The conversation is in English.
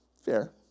Fair